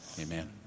amen